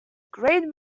great